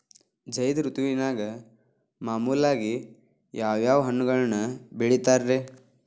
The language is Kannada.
ಝೈದ್ ಋತುವಿನಾಗ ಮಾಮೂಲಾಗಿ ಯಾವ್ಯಾವ ಹಣ್ಣುಗಳನ್ನ ಬೆಳಿತಾರ ರೇ?